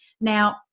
Now